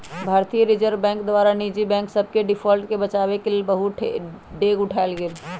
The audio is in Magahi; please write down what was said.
भारतीय रिजर्व बैंक द्वारा निजी बैंक सभके डिफॉल्ट से बचाबेके लेल बहुते डेग उठाएल गेल